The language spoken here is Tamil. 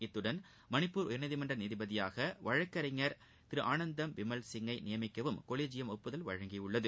இத்துடன் மணிப்பூர் உயர்நீதிமன்ற நீதிபதியாக வழக்கறிஞர் திரு ஆனந்தம் பிமல்சிங் கை நியமிக்கவும் கொலீஜியம் ஒப்புதல் அளித்துள்ளது